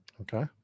okay